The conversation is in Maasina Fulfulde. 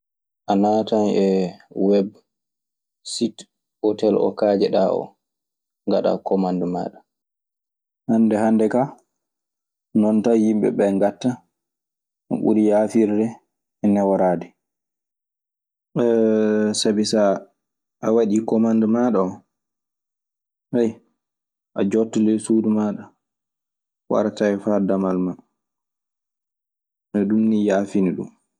A naatan e webu situ otel mo kaaje ɗaa oo ngaɗaa komande maaɗa. Hannde hannde kaa non tan yimɓe ɓee ngaɗta no ɓuri yaafirde e neworaade. Sabi saa waɗi komande maaɗa oo a jooɗo ley suudu maaɗa. Wara tawe faa damal maa. Ɗum nii yaafini ɗun.